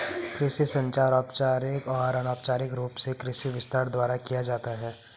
कृषि संचार औपचारिक और अनौपचारिक रूप से कृषि विस्तार द्वारा किया जाता है